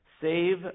Save